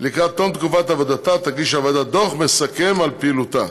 לקראת תום תקופת עבודתה תגיש הוועדה דוח מסכם על פעילותה.